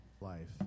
life